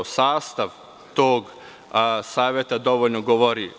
Sastav tog saveta dovoljno govori.